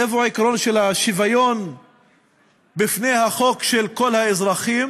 איפה העיקרון של שוויון כל האזרחים